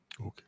Okay